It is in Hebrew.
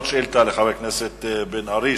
לחבר הכנסת בן-ארי,